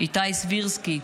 איתי סבירסקי,